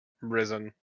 Risen